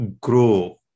grow